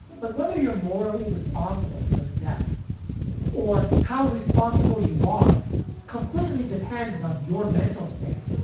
but whether you're morally responsible for the death or how responsible you are completely depends on your mental state,